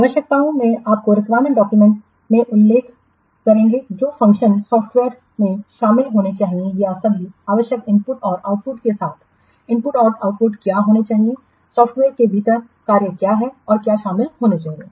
आवश्यकताओं को आप रिक्वायरमेंट डॉक्यूमेंट में उल्लेख करेंगे जो फंक्शन सॉफ्टवेयर में शामिल होना चाहिए या सभी आवश्यक इनपुट और आउटपुट के साथ इनपुट और आउटपुट क्या होना चाहिए सॉफ़्टवेयर के के भीतर कार्य क्या हैं और क्या शामिल होने चाहिए